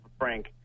Frank